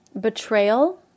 betrayal